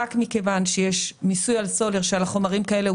וזאת רק מכיוון שיש מיסוי על סולר ולא על החומרים האלה.